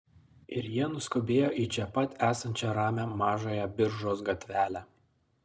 ir jie nuskubėjo į čia pat esančią ramią mažąją biržos gatvelę